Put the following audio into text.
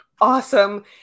awesome